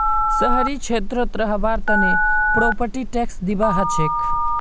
शहरी क्षेत्रत रहबार तने प्रॉपर्टी टैक्स दिबा हछेक